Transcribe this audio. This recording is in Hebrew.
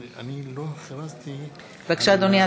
בבקשה, אדוני.